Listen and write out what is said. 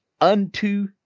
unto